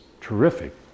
terrific